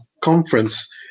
conference